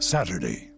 Saturday